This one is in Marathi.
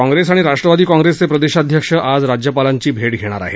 काँग्रेस आणि राष्ट्रवादी काँग्रेसचे प्रदेशाध्यक्ष आज राज्यपालांची भे घेणार आहेत